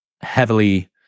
heavily